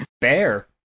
bear